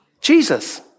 Jesus